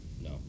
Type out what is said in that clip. No